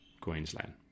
Queensland